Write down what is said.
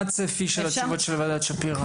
מה הצפי של התשובות של ועדת שפירא?